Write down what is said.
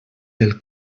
pel